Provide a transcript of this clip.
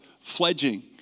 fledging